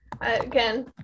Again